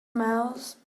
mouse